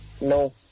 No